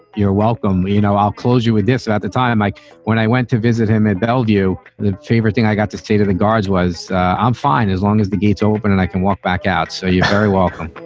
you're welcome. you know, i'll close you with this at the time. like when i went to visit him at bellevue, the favorite thing i got to say to the guards was i'm fine as long as the gates open and i can walk back out. so you're very welcome